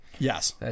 Yes